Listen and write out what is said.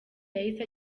yahise